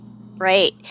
Right